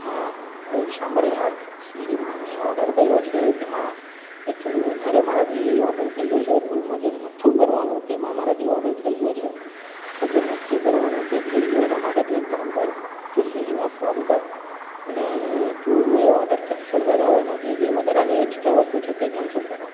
હા અરે સાંભળ યાર સ્વીગીમાં મેં ઓર્ડર કર્યો છે તેમાં એકચુલી વધારે મારાથી ઓર્ડર થઈ ગયો છે ભૂલમાં જે નહોતું કરવાનું તેમાં મારાથી ઓર્ડર થઈ ગ્યો છે તો જે નથી કરવાનું તે થઈ ગયું એના માટે તું એક કામ કર તું સ્વીગીમાં ફોન કર અને તું એ ઓર્ડર કેન્સલ કરાવ એમાં જે જે વધારાની એકસ્ટ્રા વસ્તુ છે એ કેન્સલ કરાવ